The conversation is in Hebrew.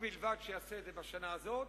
ובלבד שיעשה את זה בשנה הזאת,